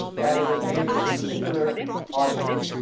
and it was aimed at some particular audience.